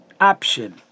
option